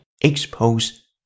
expose